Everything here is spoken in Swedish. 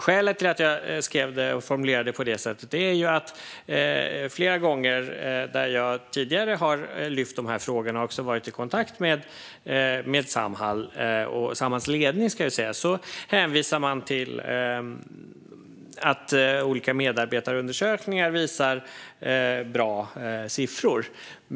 Skälet till att jag formulerade mig på det sättet är att jag flera gånger tidigare har lyft fram frågorna, och när jag har varit i kontakt med Samhall och ledningen där hänvisar man till att olika medarbetarundersökningar visar bra siffror.